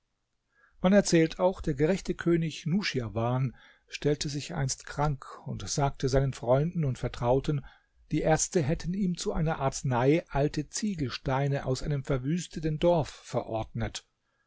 man erzählt auch der gerechte könig nuschirwan stellte sich einst krank und sagte seinen freunden und vertrauten die ärzte hätten ihm zu einer arznei alte ziegelsteine aus einem verwüsteten dorf verordnet